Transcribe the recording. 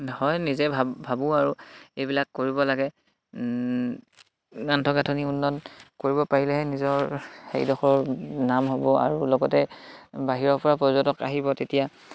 হয় নিজে ভাব ভাবোঁ আৰু এইবিলাক কৰিব লাগে আন্তঃগাঁথনি উন্নত কৰিব পাৰিলেহে নিজৰ সেইডখৰ নাম হ'ব আৰু লগতে বাহিৰৰ পৰা পৰ্যটক আহিব তেতিয়া